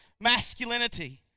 masculinity